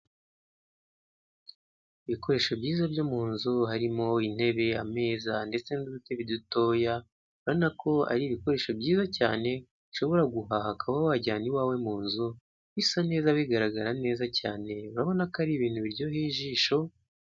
Ibikoresho byiza byo mu nzu harimo intebe, ameza ndetse n'udutebe dutoya, urabona ko ari ibikoresho byiza cyane ushobora guhaha ukaba wajyana iwawe mu nzu bisa neza bigaragara neza cyane. Urabona ko ari ibintu biryoheye ijisho.